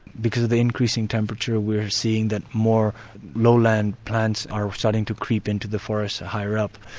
because of the increasing temperature, we're seeing that more lowland plants are starting to creep into the forest higher up.